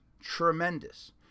Tremendous